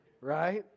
Right